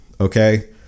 Okay